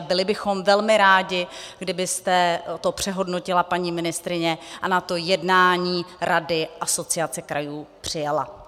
Byli bychom velmi rádi, kdybyste to přehodnotila, paní ministryně, a na jednání Rady Asociace krajů přijela.